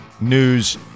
news